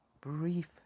brief